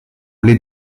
les